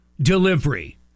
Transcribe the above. delivery